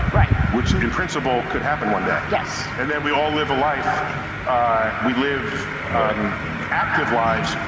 right. which in principle, could happen one day. yes. and then we all live a life we live um active lives,